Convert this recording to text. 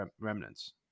remnants